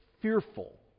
fearful